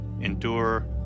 endure